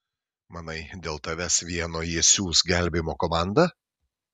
manai dėl tavęs vieno jie siųs gelbėjimo komandą